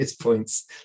points